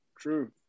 True